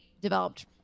developed